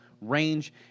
range